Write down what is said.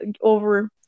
over